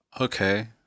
Okay